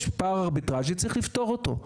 יש פער ארביטראז'י שצריך לפתור אותו.